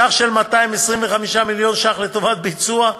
סך 225 מיליון ש"ח לטובת ביצוע,